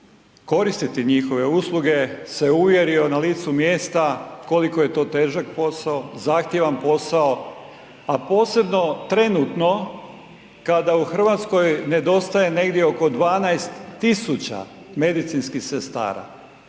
koristiti njihove usluge, se uvjerio na licu mjesta koliko je to težak posao, zahtjevan posao, a posebno trenutno kada u Hrvatskoj nedostaje negdje oko 12 tisuća medicinskih sestara.